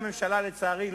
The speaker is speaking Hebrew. לצערי,